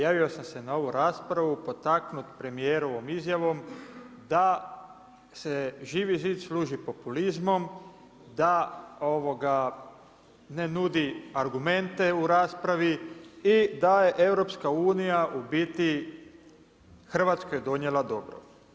Javio sam se na ovu raspravu potaknut premijerovom izjavom da se Živi zid služi populizmom, da ne nudi argumente u raspravi i da je EU u biti Hrvatskoj donijela dobro.